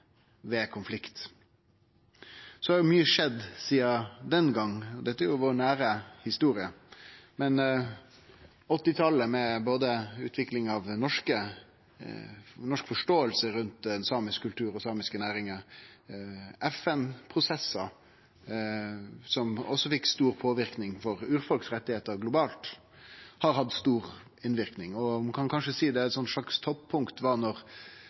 ved konflikt. Mykje har skjedd sidan den gongen. Dette er den nære historia vår, men 1980-tallet, med både utviklinga av norsk forståing rundt samisk kultur og samiske næringar, FN-prosessar, som også fekk stor påverknad på rettane til urfolk globalt, har hatt stor innverknad. Ein kan kanskje seie at eit slags toppunkt var